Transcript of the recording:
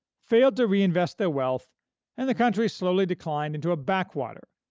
failed to reinvest their wealth and the country slowly declined into a backwater,